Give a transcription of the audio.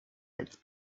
its